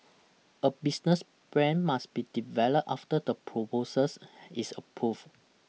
a business plan must be developed after the proposals is approved